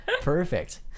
Perfect